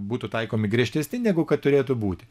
būtų taikomi griežtesni negu kad turėtų būti